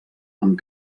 amb